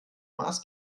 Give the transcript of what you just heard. maß